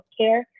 healthcare